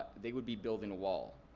they would be building a wall.